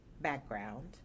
background